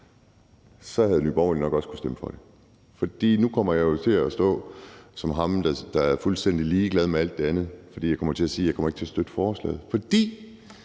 havde Nye Borgerlige nok godt kunnet stemme for det. Nu kommer jeg jo til at stå som ham, der er fuldstændig ligeglad med alt det andet, fordi jeg kommer til at sige, at jeg ikke kommer til at støtte forslaget. Det